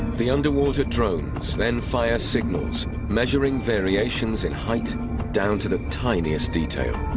the underwater drones then fire signals measuring variations in height down to the tiniest detail.